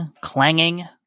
clanging